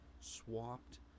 swapped